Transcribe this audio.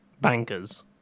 bankers